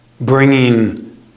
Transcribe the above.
bringing